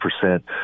percent